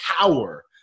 power